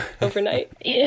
overnight